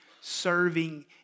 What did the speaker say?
serving